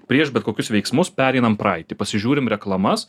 prieš bet kokius veiksmus pereinam praeitį pasižiūrim reklamas